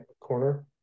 corner